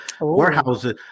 warehouses